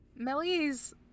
Melly's